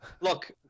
Look